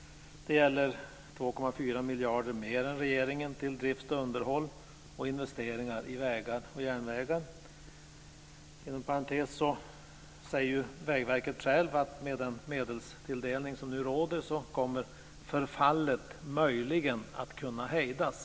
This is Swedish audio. Det gäller 2,4 miljarder kronor mer än regeringen till drift, underhåll och investeringar i fråga om vägar och järnvägar. Inom parentes sagt säger ju Vägverket självt att med den medelstilldelning som nu råder kommer bara förfallet möjligen att kunna hejdas.